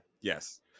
Yes